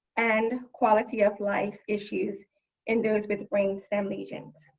and quality of life issues in those with brain stem lesions.